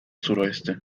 suroeste